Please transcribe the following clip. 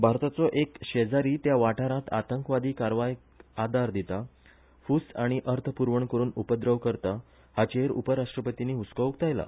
भारताचो एक शेजारी त्या वाठारांत आतंकवादी कारवायांक आदार फुस आनी अर्थ पुरवण करुन उपद्रव करता हाचेर उपराश्ट्रपतीनी हसको उक्तायला